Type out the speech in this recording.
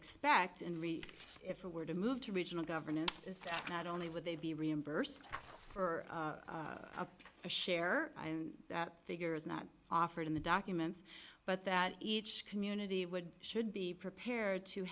expect and really if it were to move to regional governance is that not only would they be reimbursed for a share and that figure is not offered in the documents but that each community would should be prepared to